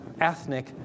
ethnic